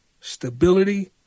stability